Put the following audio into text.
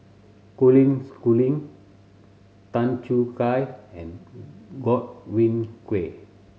Colin Schooling Tan Choo Kai and Godwin Koay